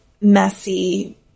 messy